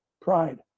pride